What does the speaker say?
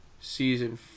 Season